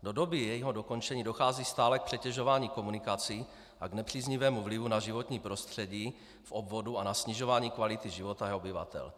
Do doby jejího dokončení dochází stále k přetěžování komunikací a k nepříznivému vlivu na životní prostředí v obvodu a na snižování kvality života jeho obyvatel.